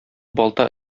балта